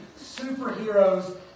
superheroes